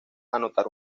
anotar